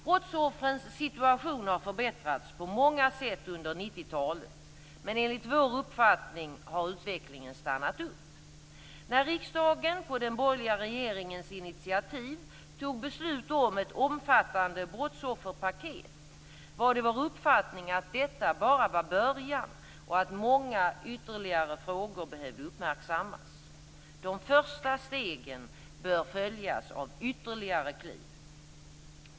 Brottsoffrens situation har förbättrats på många sätt under 1990-talet, men enligt Moderaternas uppfattning har utvecklingen stannat upp. När riksdagen på den borgerliga regeringens initiativ fattade beslut om ett omfattande brottsofferpaket var det vår uppfattning att detta bara var början, och att många ytterligare frågor behövde uppmärksammas. De första stegen bör följas av ytterligare kliv.